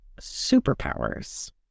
superpowers